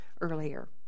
earlier